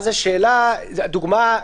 לדוגמה,